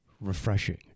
refreshing